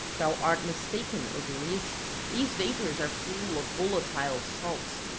thou art mistaken, orbilius, these vapours are full of volatile salts,